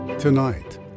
Tonight